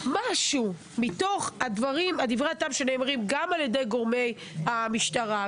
משהו מתוך דברי הטעם שנאמרים גם על-ידי גורמי המשטרה,